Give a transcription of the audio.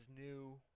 new